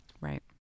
Right